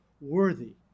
worthy